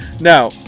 Now